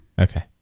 okay